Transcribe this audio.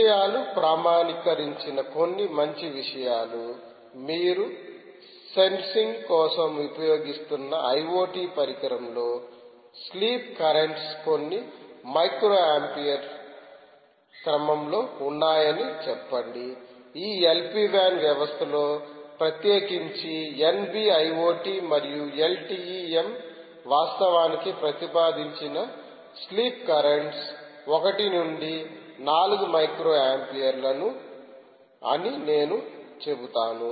విషయాలు ప్రామాణీకరించిన కొన్ని మంచి విషయాలు మీరు సెన్సింగ్ కోసం ఉపయోగిస్తున్న ఐ ఓ టీ పరికరం లో స్లీప్ కరెంట్ కొన్ని మైక్రో ఆంపియర్ క్రమంలో ఉన్నాయని చెప్పండి ఈ ఎల్ పి వాన్ వ్యవస్థలకు ప్రత్యేకించి NB ఐ ఓ టీ మరియు LTE M వాస్తవానికి ప్రతిపాదించిన స్లీప్ కర్రెంట్స్ 1 నుండి 4 మైక్రో ఆంపియర్ లో అని నేను చెబుతాను